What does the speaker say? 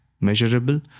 measurable